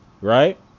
right